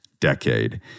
decade